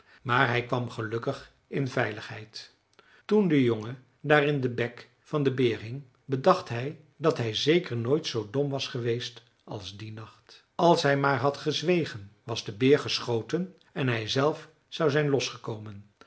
maar hij kwam gelukkig in veiligheid toen de jongen daar in den bek van den beer hing bedacht hij dat hij zeker nooit zoo dom was geweest als dien nacht als hij maar had gezwegen was de beer geschoten en hij zelf zou zijn losgekomen